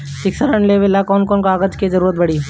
शिक्षा ऋण लेवेला कौन कौन कागज के जरुरत पड़ी?